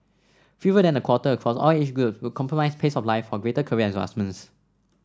fewer than a quarter across all age groups would compromise pace of life for greater career advancement